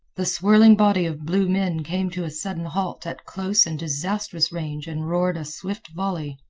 the swirling body of blue men came to a sudden halt at close and disastrous range and roared a swift volley.